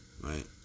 right